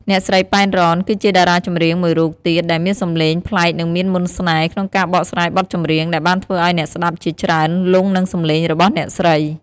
អ្នកស្រី ប៉ែន រ៉ន គឺជាតារាចម្រៀងមួយរូបទៀតដែលមានសម្លេងប្លែកនិងមានមន្តស្នេហ៍ក្នុងការបកស្រាយបទចម្រៀងដែលបានធ្វើឱ្យអ្នកស្តាប់ជាច្រើនលង់នឹងសំឡេងរបស់អ្នកស្រី។